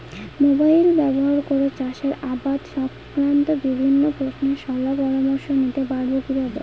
Mobile ব্যাবহার করে চাষের আবাদ সংক্রান্ত বিভিন্ন প্রশ্নের শলা পরামর্শ নিতে পারবো কিভাবে?